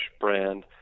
brand